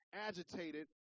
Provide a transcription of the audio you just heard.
agitated